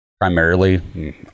Primarily